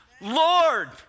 Lord